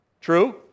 true